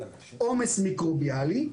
עומס מיקרוביאלי,